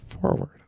forward